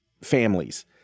families